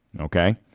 Okay